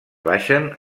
baixen